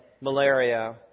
malaria